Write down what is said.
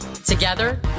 Together